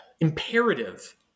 imperative